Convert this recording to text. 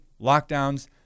lockdowns